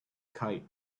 kite